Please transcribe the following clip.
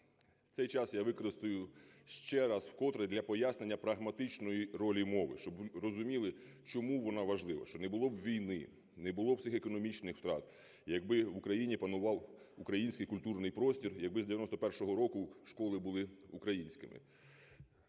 цей час я використаю ще раз вкотре для пояснення прагматичної ролі мови, щоб розуміли, чому вона важлива, що не було б війни, не було б цих економічних втрат, якби в Україні панував український культурний простір, якби з 1991 року школи були українськими.